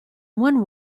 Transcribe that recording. one